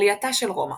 עלייתה של רומא